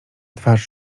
twarz